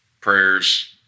prayers